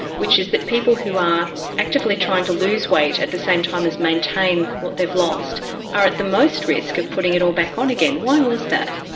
which is that people who are actively trying to lose weight at the same time as maintain what they've lost are at the most risk of putting it all back on again. why was that?